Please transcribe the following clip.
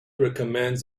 recommends